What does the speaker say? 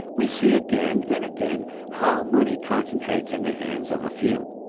we see again and again how money concentrates in the hands of a few.